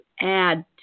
add